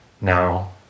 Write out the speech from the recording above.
now